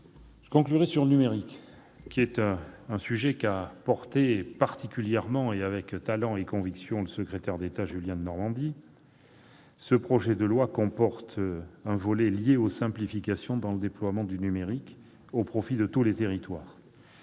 Je conclurai sur le numérique, sujet qu'a particulièrement porté, avec talent et conviction, M. le secrétaire d'État Julien Denormandie. Le projet de loi comporte un volet lié aux simplifications dans le déploiement du numérique au profit de tous les territoires.